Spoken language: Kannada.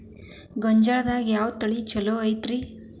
ಗೊಂಜಾಳದಾಗ ಯಾವ ತಳಿ ಛಲೋ ಐತ್ರಿ?